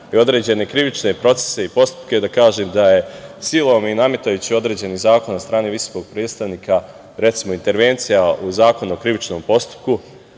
i određene krivične procese i postupke, da kažem da je silom i nametajući određeni zakon od strane Visokog predstavnika, recimo, intervencija u Zakonu o krivičnom postupku,